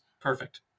Perfect